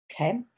okay